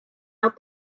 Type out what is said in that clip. out